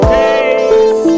days